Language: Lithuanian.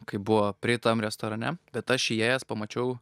kaip buvo preitam restorane bet aš įėjęs pamačiau